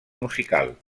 musical